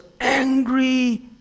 angry